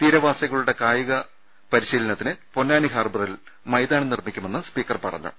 തീരവാസികളുടെ കായിക പരിശീലനത്തിന് പൊന്നാനി ഹാർബറിൽ മൈതാനം നിർമ്മിക്കുമെന്ന് സ്പീക്കർ പറഞ്ഞു